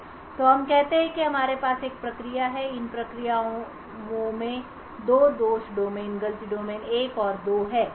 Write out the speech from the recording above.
तो हम कहते हैं कि हमारे पास एक प्रक्रिया है और इन प्रक्रियाओं में 2 दोष डोमेन गलती डोमेन 1 और गलती डोमेन 2 हैं